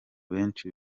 benshi